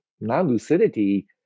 non-lucidity